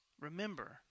Remember